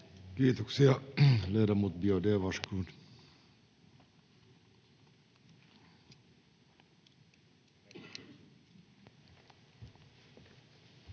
Kiitos.